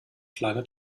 kleine